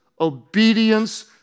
obedience